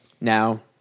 Now